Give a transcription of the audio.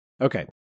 Okay